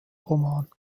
roman